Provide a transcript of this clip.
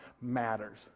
matters